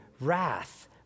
wrath